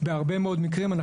בהרבה מאוד מקרים,